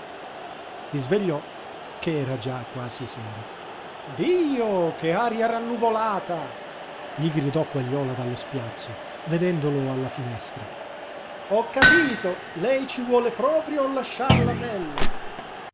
si svegliò che era già quasi sera dio che aria rannuvolata gli gridò quagliola dallo spiazzo vedendolo alla finestra ho capito lei ci vuole proprio lasciar la pelle